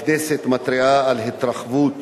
הכנסת מתריעה על התרחבות